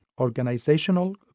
organizational